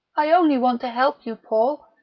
i only want to help you, paul.